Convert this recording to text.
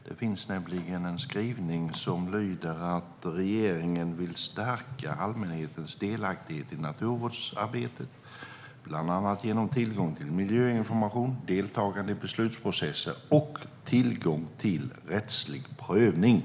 Denna skrivning lyder: "Regeringen vill stärka allmänhetens delaktighet i naturvårdsarbetet, bl.a. genom tillgång till miljöinformation, deltagande i beslutsprocesser och tillgång till rättslig prövning."